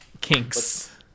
Kinks